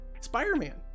Spider-Man